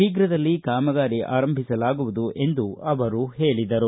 ಶೀಪ್ರದಲ್ಲಿ ಕಾಮಗಾರಿ ಆರಂಭಿಸಲಾಗುವುದು ಎಂದು ಅವರು ಹೇಳಿದರು